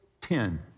ten